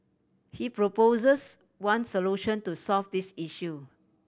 he proposes one solution to solve this issue